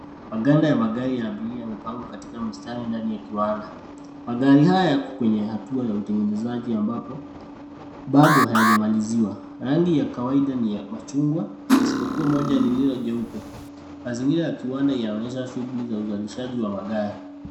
Maganda ya magari ya abiria yamepangwa katika mstari ndani ya kiwanda. Magari haya yako kwenye hatu ya utengenezaji ambapo bado hayajamaliziwa. Rangi ya kawaida ni ya machungwa, isipokua moja lililo jeupe. Mazingira ya kiwanda yanaonyehsa shughuli za uzalishaji wa magari.